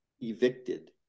evicted